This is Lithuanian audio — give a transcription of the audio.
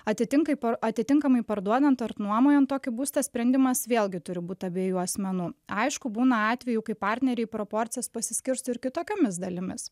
atitinkai atitinkamai parduodant ar nuomojant tokį būstą sprendimas vėlgi turi būt abiejų asmenų aišku būna atvejų kai partneriai proporcijas pasiskirsto ir kitokiomis dalimis